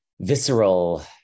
visceral